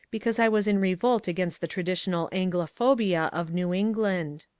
because i was in revolt against the traditional anglophobia of new england.